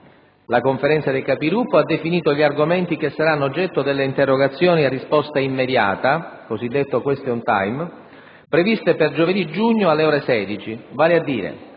La Conferenza dei Capigruppo ha definito gli argomenti che saranno oggetto delle interrogazioni a risposta immediata (cosiddetto *question time*) previste per giovedì 5 giugno alle ore 16, vale a dire: